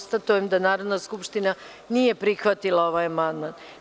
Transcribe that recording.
Konstatujem da Narodna skupština nije prihvatila ovaj amandman.